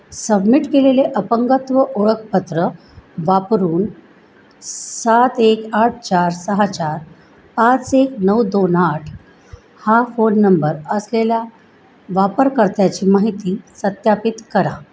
submit केलेले अपंगत्व ओळखपत्र वापरून सात एक आठ चार सहा चार पाच एक नऊ दोन आठ हा फोन नंबर असलेल्या वापरकर्त्याची माहिती सत्यापित करा